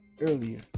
earlier